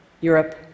Europe